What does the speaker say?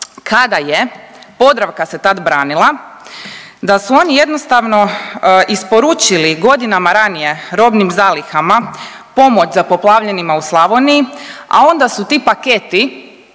kada je Podravka se tad branila da su oni jednostavno isporučili godinama ranije robnim zalihama pomoć za poplavljenima u Slavoniji, a onda su ti paketi